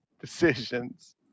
decisions